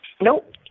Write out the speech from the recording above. nope